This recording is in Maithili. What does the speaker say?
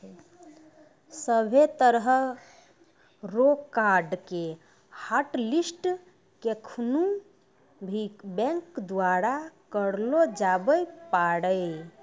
सभ्भे तरह रो कार्ड के हाटलिस्ट केखनू भी बैंक द्वारा करलो जाबै पारै